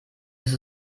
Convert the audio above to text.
ist